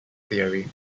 theory